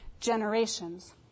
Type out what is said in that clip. Generations